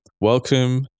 Welcome